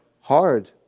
hard